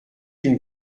d’une